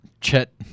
Chet